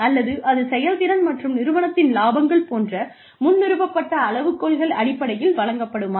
அல்லது அது செயல்திறன் மற்றும் நிறுவனத்தின் இலாபங்கள் போன்ற முன் நிறுவப்பட்ட அளவுகோல்கள் அடிப்படையில் வழங்கப்படுமா